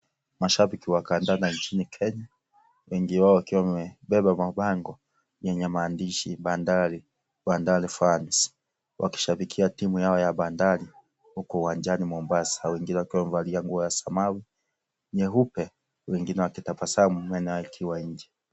Mashabiki wa kandanda nchini Kenya wengi wao wakiwa wamebeba mabango yenye maandishi bandari bandari fans wakishabikia timu yao ya bandari huko uwanjani Mombasa wengine wakiwa wamevalia nguo ya samawi nyeupe wengine wakitabasamu meno yao ikiwa nje.